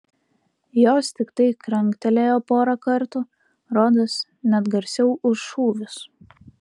jos tiktai kranktelėjo porą kartų rodos net garsiau už šūvius